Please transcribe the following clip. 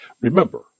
Remember